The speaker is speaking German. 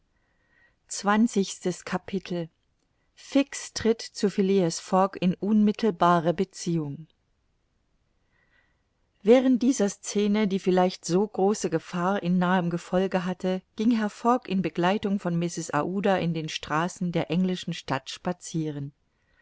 zwanzigstes capitel fix tritt zu phileas fogg in unmittelbare beziehung während dieser scene die vielleicht so große gefahr in nahem gefolge hatte ging herr fogg in begleitung von mrs aouda in den straßen der englischen stadt spazieren